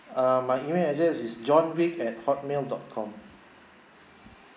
um my email address is john wick at hotmail dot com